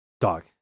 dog